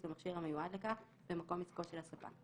במכשיר המיועד לכך במקום עסקו של הספק,